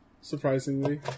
Surprisingly